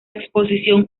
exposición